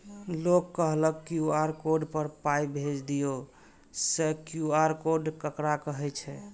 लोग कहलक QR code पर पाय भेज दियौ से क्यू.आर कोड ककरा कहै छै?